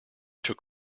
took